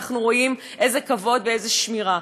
ואנחנו רואים איזה כבוד ואיזה שמירה.